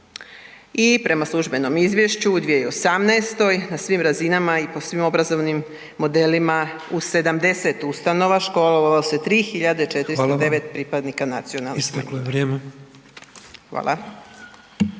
i prema službenom izvješću u 2018., na svim razinama i po svim obrazovnim modelima, u 70 ustanova školovalo se 3 409 pripadnika nacionalnih manjina. **Petrov, Božo (MOST)** Hvala,